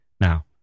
Now